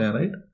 right